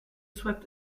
swept